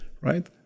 right